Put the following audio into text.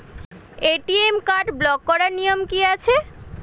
ATM card block করার নিয়ম কি আছে?